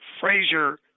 Frazier